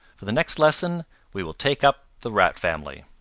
for the next lesson we will take up the rat family.